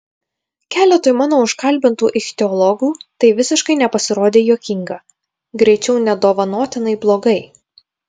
keletui mano užkalbintų ichtiologų tai visiškai nepasirodė juokinga greičiau nedovanotinai blogai